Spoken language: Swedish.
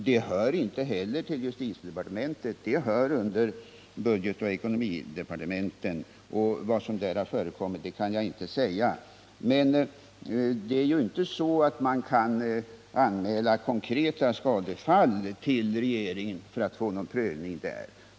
Det hör inte heller till justitiedepartementet, utan det hör hemma under budgetoch ekonomidepartementen, och vad som där har förekommit kan jag inte säga. Men man kan ju inte anmäla konkreta skadefall till regeringen för att få prövning där.